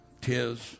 tis